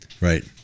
Right